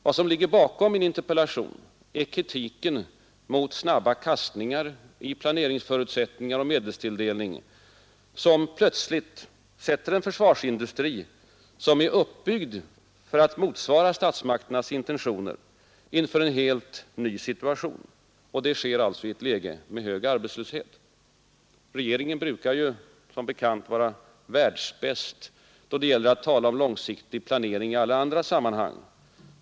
Vad som ligger bakom min interpellation är kritiken mot snabba kastningar i planeringsförutsätt ningar och medelstilldelning som plötsligt sätter en försvarsindustri, som är uppbyggd för att motsvara statsmakternas intentioner, inför en helt ny situation. Och det sker alltså i ett läge med hög arbetslöshet. Regeringen ist då det gäller att tala om långsiktig brukar som bekant vara världs! planering i alla andra sammanhang.